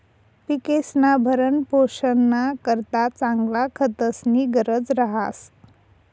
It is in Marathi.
पिकेस्ना भरणपोषणना करता चांगला खतस्नी गरज रहास